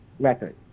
record